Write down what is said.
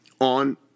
on